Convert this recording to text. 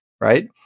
right